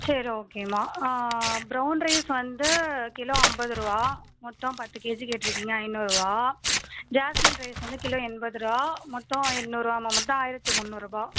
சரி ஓகேம்மா brown rice வந்து கிலோ ஐம்பது ரூபா மொத்தம் பத்து கேஜி கேட்டிருக்கீங்க ஐநூறுபா ஜாஸ்மின் ரைஸ் வந்து கிலோ எண்பது ரூபா மொத்தம் எண்ணூறுபாம்மா மொத்தம் ஆயிரத்தி முன்னூறுபா